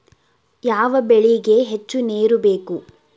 ಯಾವ ಬೆಳಿಗೆ ಹೆಚ್ಚು ನೇರು ಬೇಕು?